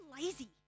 lazy